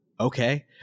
okay